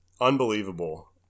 Unbelievable